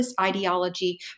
ideology